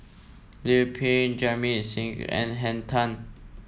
Liu Peihe Jamit Singh and Henn Tan